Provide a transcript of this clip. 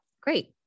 Great